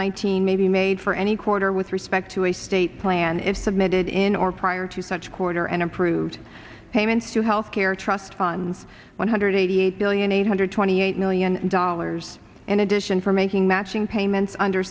nineteen may be made for any quarter with respect to a state plan if submitted in or prior to such quarter and approved payments to health care trust funds one hundred eighty eight billion eight hundred twenty eight million dollars in addition for making matching payments under